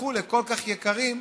הפכו לכל כך יקרים,